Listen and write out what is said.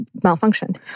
malfunctioned